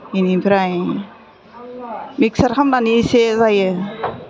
बिनिफ्राय मिक्सार खालामनानै एसे जायो